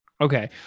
Okay